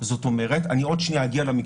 הנושא